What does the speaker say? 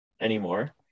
anymore